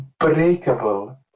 unbreakable